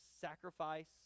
sacrifice